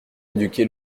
éduquer